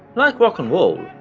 like rock'n'roll,